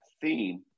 theme